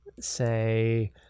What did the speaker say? say